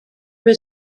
were